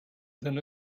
than